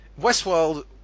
Westworld